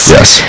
Yes